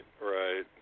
right